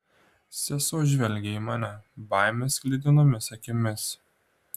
sesuo žvelgė į mane baimės sklidinomis akimis